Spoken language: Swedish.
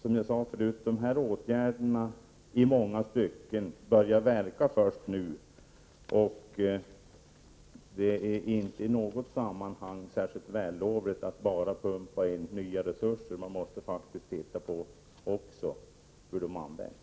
Många av åtgärderna börjar verka först nu, och det är inte i något sammanhang särskilt vällovligt att bara pumpa in nya resurser utan att se på hur de används.